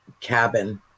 cabin